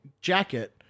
jacket